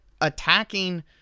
attacking